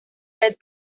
red